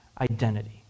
identity